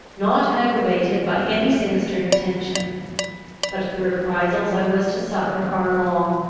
not aggravated by any sinister intention but the reprisals i was to suffer are long,